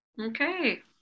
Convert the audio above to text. Okay